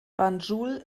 banjul